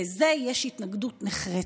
לזה יש התנגדות נחרצת.